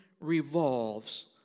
revolves